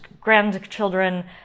grandchildren